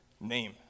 name